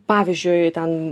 pavyzdžiui ten